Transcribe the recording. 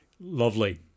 lovely